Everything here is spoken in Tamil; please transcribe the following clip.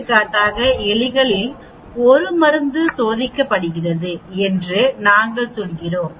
எடுத்துக்காட்டாக எலிகளில் ஒரு மருந்து சோதிக்கப்படுகிறது என்று நாங்கள் சொல்கிறோம்